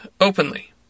openly